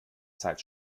zeit